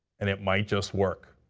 and it might just work,